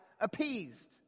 appeased